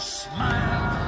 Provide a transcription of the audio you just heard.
smile